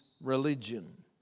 religion